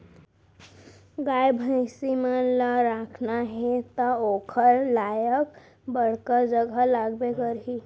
गाय भईंसी मन ल राखना हे त ओकर लाइक बड़का जघा लागबे करही